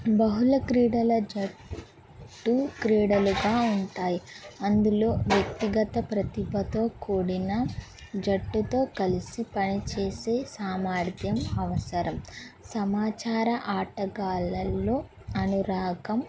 బహుళ క్రీడల జట్టు క్రీడలుగా ఉంటాయి అందులో వ్యక్తిగత ప్రతిభతో కూడిన జట్టుతో కలిసి పనిచేసే సామర్థ్యం అవసరం సమాచార ఆటగాలల్లో అనురాగం